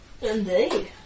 indeed